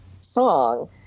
song